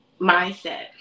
mindset